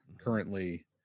currently